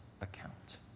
account